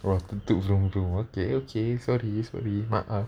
oh toot too vroom vroom okay okay sorry sorry maaf